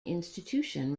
institution